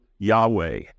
Yahweh